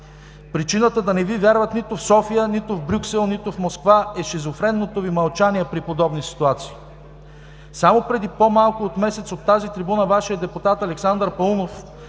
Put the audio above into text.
Причината да не Ви вярват нито в София, нито в Брюксел, нито в Москва е шизофренното Ви мълчание при подобни ситуации. Само преди по-малко от месец от тази трибуна Вашият депутат Александър Паунов